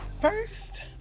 first